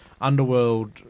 Underworld